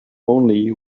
only